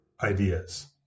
ideas